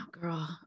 girl